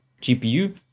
GPU